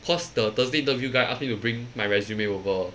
cause the thursday interview guy ask me to bring my resume over